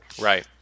Right